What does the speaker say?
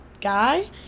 guy